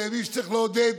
אלה ימים שצריך לעודד